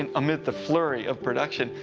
and amid the flurry of production,